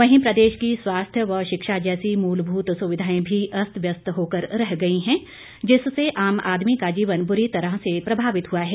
वहीं प्रदेश की स्वास्थ्य व शिक्षा जैसी मूलभूत सुविधाएं भी अस्त व्यस्त होकर रह गई है जिससे आम आदमी का जीवन बुरी तरह से प्रभावित हुआ है